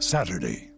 Saturday